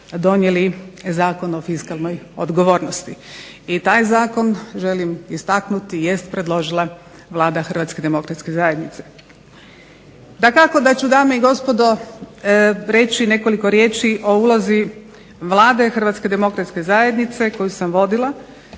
donijeli Zakon o fiskalnoj odgovornosti. I taj Zakon želim istaknuti jest predložila Vlada Hrvatske demokratske zajednice. Dakako da ću dame i gospodo reći nekoliko riječi o ulozi Vlade Hrvatske demokratske zajednice koju sam vodila